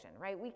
right